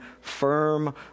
firm